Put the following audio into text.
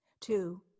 Two